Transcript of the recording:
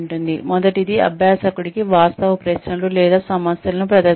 మొదటిది అభ్యాసకుడికి వాస్తవ ప్రశ్నలు లేదా సమస్యలను ప్రదర్శించడం